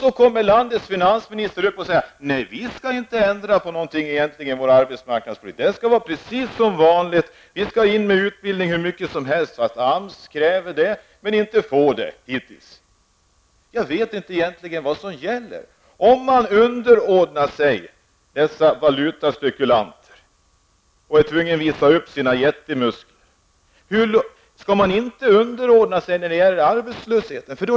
Så kommer landets finansminister och säger: ''Vi skall inte ändra på någonting i vår arbetsmarknadspolitik, utan den skall vara precis som vanligt. Vi skall lägga in hur mycket utbildning som helst, eftersom AMS kräver det men hittills inte har fått det.'' Jag vet egentligen inte vad som gäller. Om regeringen underordnar sig dessa valutaspekulanter och är tvungen att visa upp sina jättemuskler, skall regeringen då inte också underordna sig när det gäller arbetslösheten?